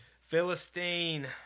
Philistine